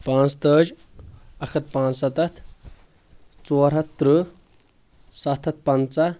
پانژھ تٲجۍ اکھ ہتھ پانٛژھ ستتھ ژور ہتھ ترٕٛہ ستھ ہتھ پنژہ